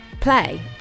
play